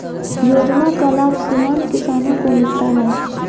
योजना का लाभ सीमांत किसानों को मिलता हैं?